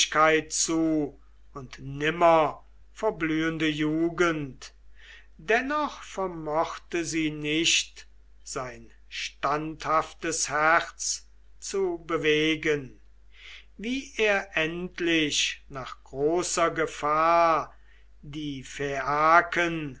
und nimmerverblühende jugend dennoch vermochte sie nicht sein standhaftes herz zu bewegen wie er endlich nach großer gefahr die